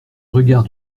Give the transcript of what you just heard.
regard